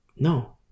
No